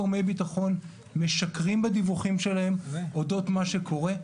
גורמי ביטחון משקרים בדיווחים שלהם אודות מה שקורה,